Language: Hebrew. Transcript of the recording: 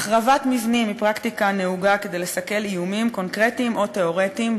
החרבת מבנים היא פרקטיקה נהוגה כדי לסכל איומים קונקרטיים או תיאורטיים,